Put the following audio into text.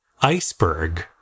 iceberg